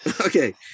okay